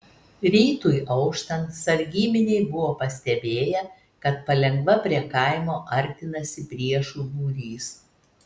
rytui auštant sargybiniai buvo pastebėję kad palengva prie kaimo artinasi priešų būrys